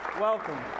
Welcome